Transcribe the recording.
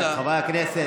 רבותיי חברי הכנסת,